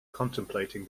contemplating